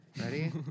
Ready